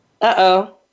uh-oh